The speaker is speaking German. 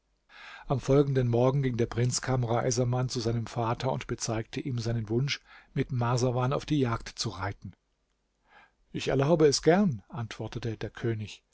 am folgenden morgen ging der prinz kamr essaman zu seinem vater und bezeigte ihm seinen wunsch mit marsawan auf die jagd zu reiten ich erlaube es gern antwortete der könig